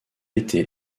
été